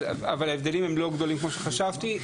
ההבדלים הם לא גדולים כמו שחשבתי.